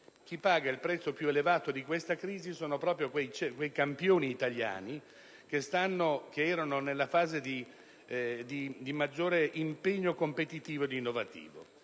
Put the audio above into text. A pagare il prezzo più elevato di questa crisi sono proprio i campioni italiani che sono nella fase di maggiore impegno competitivo ed innovativo.